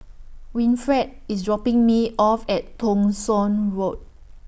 Winfred IS dropping Me off At Thong Soon Road